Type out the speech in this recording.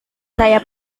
saya